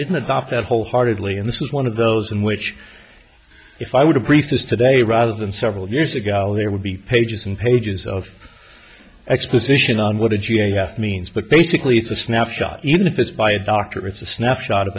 didn't adopt it wholeheartedly and this was one of those in which if i would a brief this today rather than several years ago there would be pages and pages of exposition on what did you have means but basically it's a snapshot even if it's by a doctor it's a snapshot of